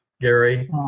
Gary